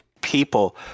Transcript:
people